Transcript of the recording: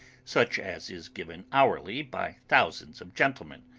such as is given hourly by thousands of gentlemen,